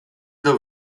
the